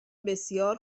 بسیار